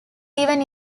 even